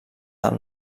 del